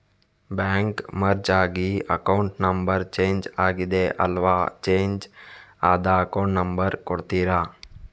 Bank merge ಆಗಿ account number change ಆಗಿದೆ ಅಲ್ವಾ, ಚೇಂಜ್ ಆದ ಅಕೌಂಟ್ ನಂಬರ್ ಕೊಡ್ತೀರಾ?